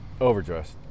Overdressed